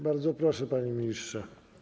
Bardzo proszę, panie ministrze.